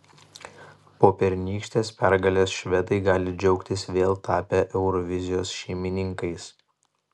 po pernykštės pergalės švedai gali džiaugtis vėl tapę eurovizijos šeimininkais